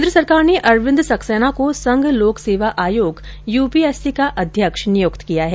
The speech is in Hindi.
केन्द्र सरकार ने अरविन्द सक्सेना को संघ लोक सेवा आयोग यूपीएससी का अध्यक्ष नियुक्त किया है